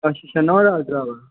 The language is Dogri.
अच्छा नमां डॉक्टर ऐ आये दा